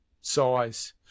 size